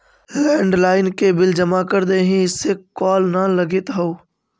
landline के bill जमा कर देहीं, इसे कॉल न लगित हउ